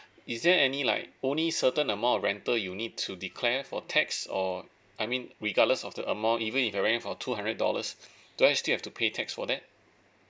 is there any like only certain amount of rental you need to declare for tax or I mean regardless of the amount even if I rent it out for two hundred dollars do I still have to pay tax for that